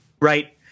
right